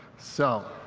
so